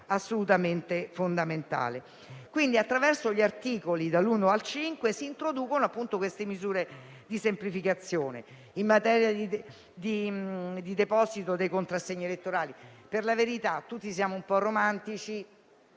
Attraverso gli articoli da 1 a 5 si introducono, quindi, queste misure di semplificazione. In materia di deposito dei contrassegni elettorali, per la verità, siamo tutti un po' romantici